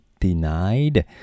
denied